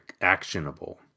actionable